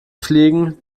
fliegen